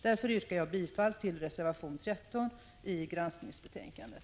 Därför yrkar jag bifall till reservation 13 i granskningsbetänkandet.